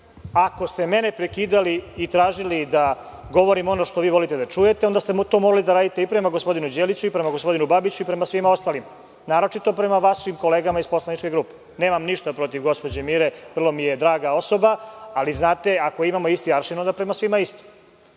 ste mene prekidali i tražili da govorim ono što vi volite da čujete onda ste morali da radite i prema gospodinu Đeliću, i prema gospodinu Babiću i prema svima ostalim, a naročito prema vašim kolegama iz poslaničke grupe. Nemam ništa protiv gospođe Mire, vrlo mi je draga osoba ali znate ako imamo isti aršin onda prema svima isto.